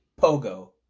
Pogo